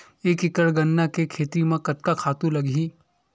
एक एकड़ गन्ना के खेती म कतका खातु लगही?